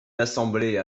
l’assemblée